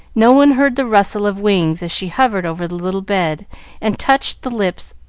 no one heard the rustle of wings as she hovered over the little bed and touched the lips,